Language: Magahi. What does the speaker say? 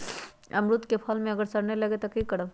अमरुद क फल म अगर सरने लगे तब की करब?